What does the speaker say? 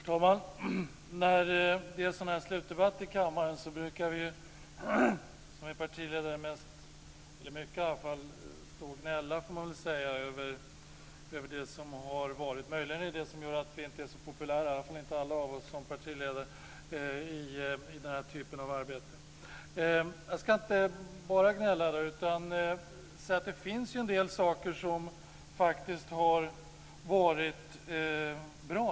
Herr talman! När det är slutdebatt i kammaren så brukar vi som är partiledare ganska mycket stå och gnälla över det som har varit. Möjligen är det det som gör att vi inte är så populära, i alla fall inte alla av oss, som partiledare i den här typen av arbete. Jag ska inte bara gnälla i dag, utan säga att det finns en del saker som faktiskt har varit bra.